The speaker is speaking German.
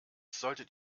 solltet